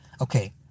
Okay